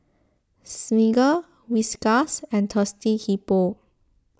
Smiggle Whiskas and Thirsty Hippo